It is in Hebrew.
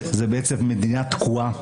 המדינה תקועה,